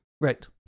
Right